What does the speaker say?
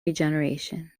regeneration